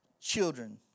children